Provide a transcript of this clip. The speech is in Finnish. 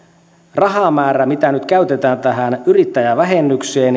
rahamäärä mitä nyt käytetään tähän yrittäjävähennykseen